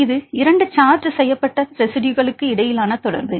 இது 2 சார்ஜ் செய்யப்பட்ட ரெஸிட்யுகளுக்கு இடையிலான தொடர்பு